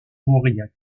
mauriac